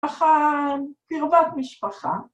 ככה קרבת משפחה.